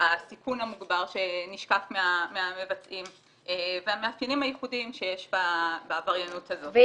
הסיכון המוגבר שנשקף מהמבצעים והמאפיינים המיוחדים שיש בעבריינות זו.